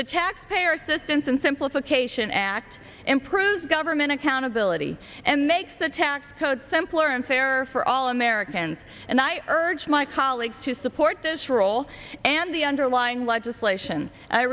checks pay or assistance and simplification act improves government accountability and make the tax code simpler and fairer for all americans and i urge my colleagues to support this role and the underlying legislation i